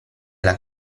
alla